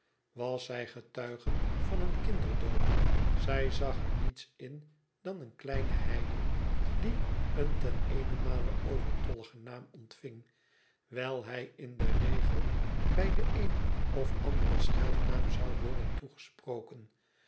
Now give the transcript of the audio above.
was zij getuige van een kinderdoop zij zzg er niets in dan een kleinen heiden die een ten eenenmale overtolligen naam ontving wijl hij in den regel bij den een of anderen scheldnasun zou worden toegesproken